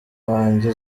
wanjye